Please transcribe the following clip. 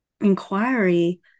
inquiry